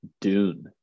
Dune